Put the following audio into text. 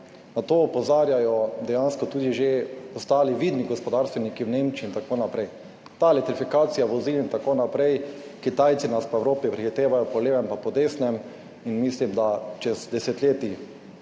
Na to opozarjajo dejansko tudi že ostali vidni gospodarstveniki v Nemčiji in tako naprej. Ta elektrifikacija vozil in tako naprej, Kitajci nas po Evropi prehitevajo po levem pa po desnem in mislim, da čez desetletje